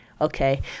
Okay